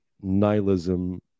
nihilism